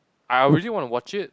I will really want to watch it